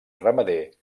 ramader